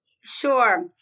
Sure